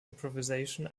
improvisation